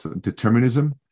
determinism